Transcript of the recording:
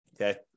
Okay